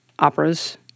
operas